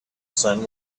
sun